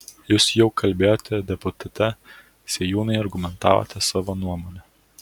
jūs jau kalbėjote deputate sėjūnai argumentavote savo nuomonę